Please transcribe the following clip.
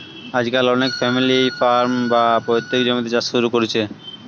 আজকাল অনেকে family farm, বা পৈতৃক জমিতে চাষ শুরু কোরছে